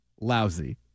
lousy